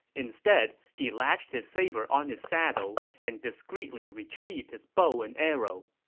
instead, he latched his saber on his saddle and discretely retrieved his bow and arrow.